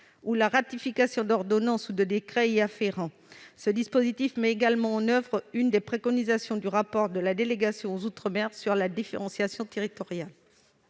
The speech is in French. ou la ratification d'ordonnances ou de décrets y afférents. Ce dispositif met également en oeuvre l'une des préconisations du rapport de la délégation sénatoriale aux outre-mer sur la différenciation territoriale.